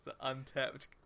untapped